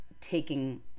taking